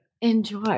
enjoy